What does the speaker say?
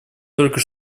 только